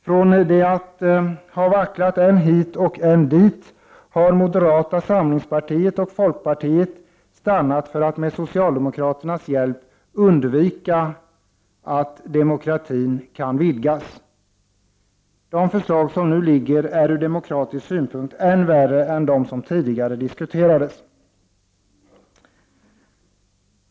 Från att ha vacklat än hit och än dit har moderata samlingspartiet och folkpartiet stannat för att med socialdemokraternas hjälp undvika att demokratin kan vidgas. De förslag som nu föreligger är ur demokratisk synpunkt än värre än de som tidigare diskuterats.